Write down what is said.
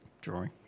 drawing